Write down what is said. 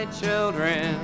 children